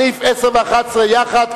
סעיף 10 ו-11 יחד,